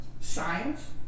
science